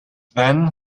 then